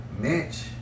Mitch